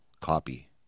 copy